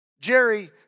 Jerry